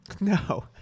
No